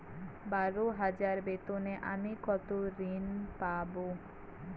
বারো হাজার বেতনে আমি কত ঋন পাব?